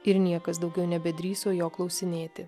ir niekas daugiau nebedrįso jo klausinėti